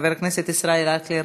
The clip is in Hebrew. חבר הכנסת ישראל אייכלר,